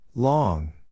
Long